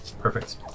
perfect